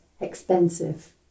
expensive